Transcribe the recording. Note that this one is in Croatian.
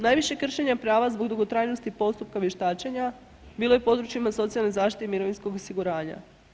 Najviše kršenja prava zbog dugotrajnosti postupka vještačenja bilo je u područjima socijalne zaštite i mirovinskog osiguranja.